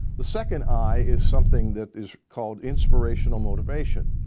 the second i is something that is called inspirational motivation.